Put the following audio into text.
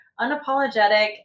unapologetic